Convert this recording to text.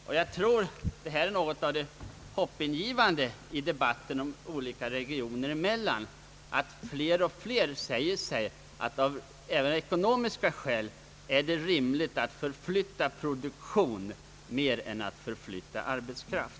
Detta är något av det mest hoppingivande i debatten olika regioner emellan, att fler och fler säger sig att det även av ekonomiska skäl är rimligt att flytta produktion mer än att flytta arbetskraft.